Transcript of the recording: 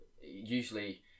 usually